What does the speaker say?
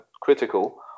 critical